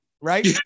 right